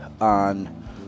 on